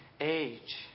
age